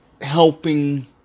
helping